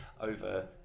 over